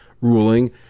ruling